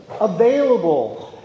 available